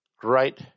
great